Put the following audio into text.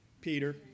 Peter